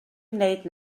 wneud